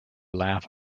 laugh